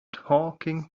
talking